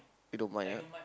you don't mind ah